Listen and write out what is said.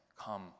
Come